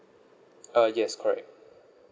uh yes correct